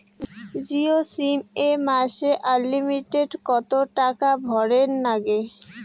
Jio SIM এ মাসে unlimited কত টাকা ভরের নাগে?